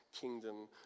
kingdom